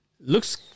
Looks